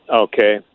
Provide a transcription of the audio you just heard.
Okay